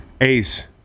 Ace